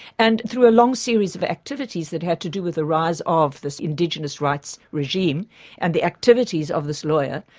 and through a long series of activities that had to do with the rise of this indigenous rights regime and the activities of this lawyer,